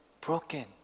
broken